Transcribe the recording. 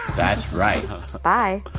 that's right bye